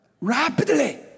Rapidly